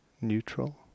neutral